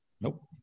Nope